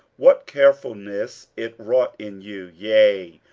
what carefulness it wrought in you, yea,